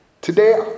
Today